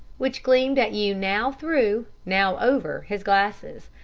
which gleamed at you now through, now over, his glasses.